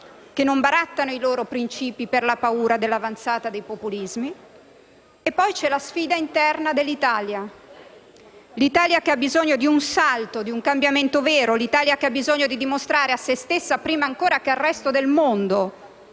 che non barattano i loro principi per la paura dell'avanzata dei populismi, e poi c'è la sfida interna dell'Italia: l'Italia che ha bisogno di un salto, di un cambiamento vero; l'Italia che ha bisogno di dimostrare a se stessa, prima ancora che al resto del mondo